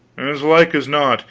as like as not,